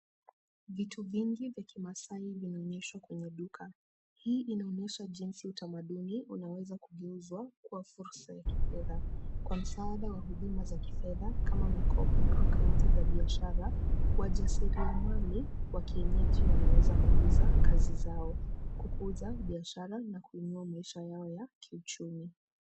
Vitu vingi vya kimasaai vinaonyeshwa kwenye duka. Hii inaonyesha jinsi utamaduni unaweza kugeuzwa kuwa fursa ya kifedha. Kwa msaada wa huduma za kifedha kama mikopo na akaunti za biashara, wajasiriamali wa kienyeji wanaweza kuuza kazi zao. Kukuza biashara na kuinua maisha yao ya kiuchumi.